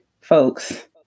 folks